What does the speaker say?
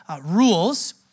rules